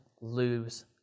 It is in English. lose